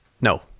No